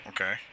Okay